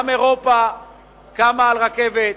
גם אירופה קמה על רכבת,